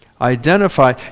Identify